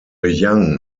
young